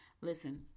Listen